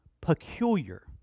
peculiar